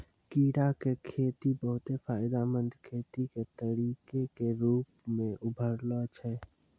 कीड़ा के खेती बहुते फायदामंद खेती के तरिका के रुपो मे उभरलो छै